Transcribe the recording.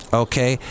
okay